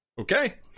Okay